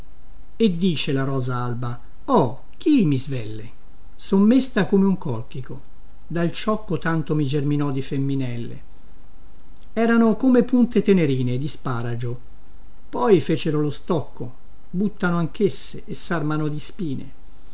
e dice la rosa alba oh chi mi svelle son mesta come un colchico dal ciocco tanto mi germinò di femminelle erano come punte tenerine di sparagio poi fecero lo stocco buttano anchesse e sarmano di spine